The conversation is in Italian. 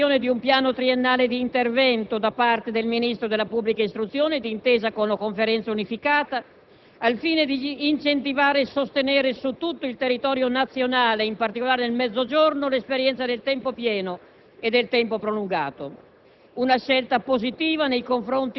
Il provvedimento prevede la definizione di un piano triennale di intervento da parte del Ministro della pubblica istruzione, d'intesa con la Conferenza unificata, al fine di incentivare e sostenere su tutto il territorio nazionale, e in particolare nel Mezzogiorno, l'esperienza del tempo pieno e del tempo prolungato.